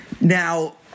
Now